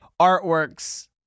artworks